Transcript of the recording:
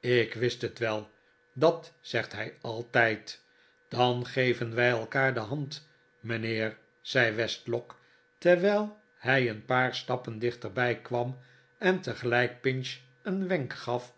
ik wist het wel dat zegt hij altijd dan geven wij elkaar de hand mijnheer zei westlock terwijl hij een paar stappen dichterbij kwam en tegelijk pinch een wenk gaf